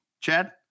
Chad